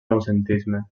noucentisme